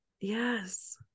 Yes